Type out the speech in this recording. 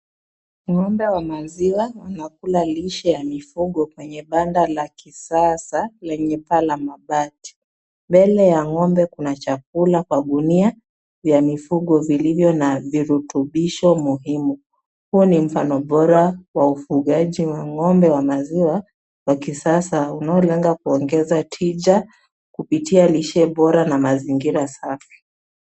Ng'ombe wa maziwa wanakula lisha ya mifugo kwenye banda la kisasa lenye paa la mabati. Mbele ya ng'ombe kuna chakula kwa gunia ya mifugo, vilivyo na virutumbisho muhimu. Huu ni mfani bora wa ufugaji wa ng'ombe wa maziwa wa kisasa unaolenga kuongeza tija, kupitia lishe bora na mazingira safi.